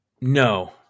No